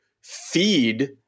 feed